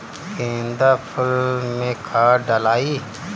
गेंदा फुल मे खाद डालाई?